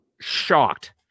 shocked